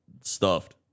stuffed